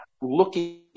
looking